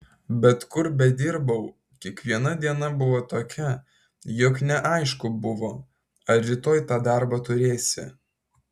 bet kur bedirbau kiekviena diena buvo tokia jog neaišku buvo ar rytoj tą darbą turėsi